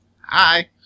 Hi